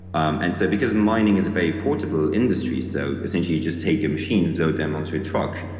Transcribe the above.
um and so because mining is a very portable industry, so essentially, just take your machines, load them onto a truck,